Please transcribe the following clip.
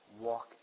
walk